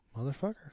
Motherfucker